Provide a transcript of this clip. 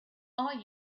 are